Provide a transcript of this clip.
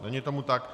Není tomu tak.